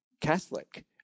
Catholic